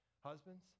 Husbands